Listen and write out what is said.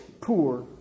poor